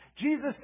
Jesus